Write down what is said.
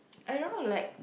I don't know like